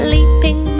Leaping